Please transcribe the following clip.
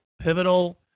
pivotal